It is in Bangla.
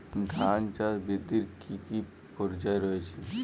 ধান চাষ বৃদ্ধির কী কী পর্যায় রয়েছে?